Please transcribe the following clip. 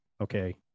okay